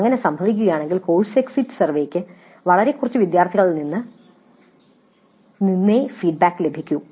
അങ്ങനെ സംഭവിക്കുകയാണെങ്കിൽ course exit സർവേയ്ക്ക് വളരെ കുറച്ച് വിദ്യാർത്ഥികളിൽ നിന്ന് ഫീഡ്ബാക്ക് ലഭിക്കും